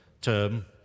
term